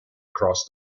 across